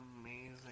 amazing